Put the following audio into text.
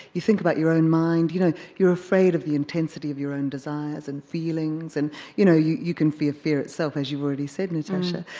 you think about your own mind, and you know you're afraid of the intensity of your own desires and feelings. and you know you you can fear fear itself as you've already said, natasha.